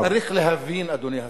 צריך להבין, אדוני השר: